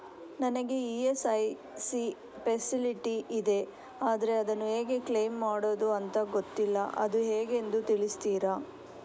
ನನಗೆ ESIC facility ಇದೆ ಆದ್ರೆ ಅದನ್ನು ಹೇಗೆ ಕ್ಲೇಮ್ ಮಾಡೋದು ಅಂತ ಗೊತ್ತಿಲ್ಲ ಅದು ಹೇಗೆಂದು ತಿಳಿಸ್ತೀರಾ?